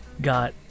got